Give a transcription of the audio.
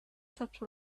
such